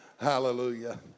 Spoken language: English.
Hallelujah